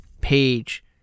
Page